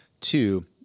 Two